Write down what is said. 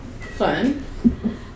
fun